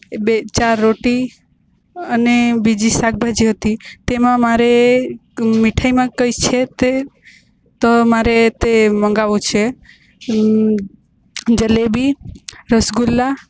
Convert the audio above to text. બે ચાર રોટી અને બીજી શાકભાજી હતી તેમાં મારે મીઠાઈમાં કઈ છે તે તો મારે તે મંગાવું છે જલેબી રસગુલ્લા